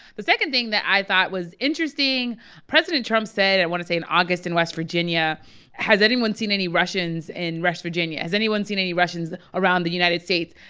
the second thing that i thought was interesting president trump said i want to say in august in west virginia has anyone seen any russians in west virginia? has anyone seen any russians around the united states?